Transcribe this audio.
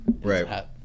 right